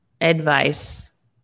advice